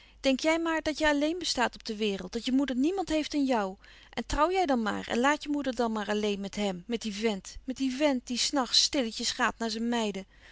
denk jij maar dat jij alleen bestaat op de wereld dat je moeder niemand heeft dan jou en trouw jij dan maar en laat je moeder dan maar alleen met hem met dien vent met dien vent die s nachts stilletjes gaat naar zijn meiden